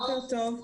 בוקר טוב,